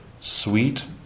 sweet